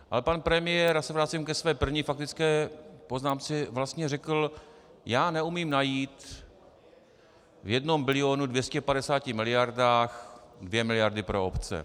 Ale pan premiér, já se vracím ke své první faktické poznámce, vlastně řekl já neumím najít v jednom bilionu dvě stě padesáti miliardách dvě miliardy pro obce.